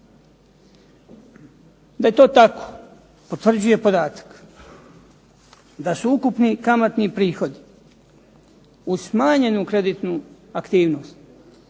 Da je to tako potvrđuje podatak da su ukupni kamatni prihodi uz smanjenu kreditnu aktivnost